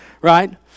right